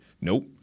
Nope